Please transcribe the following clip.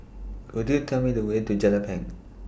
Could YOU Tell Me The Way to Jelapang